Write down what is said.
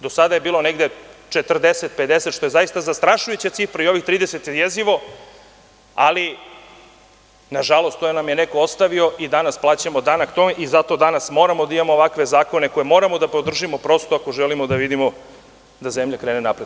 Do sada je bilo negde 40,50, što je zaista zastrašujuća cifra, a i ovih 30 je jezivo, ali nažalost to nam je neko ostavio i danas plaćamo danak tome i zato danas moramo da imamo ovakve zakone, koje moramo da podržimo ako želimo da zemlja krene napred.